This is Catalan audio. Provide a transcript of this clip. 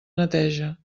neteja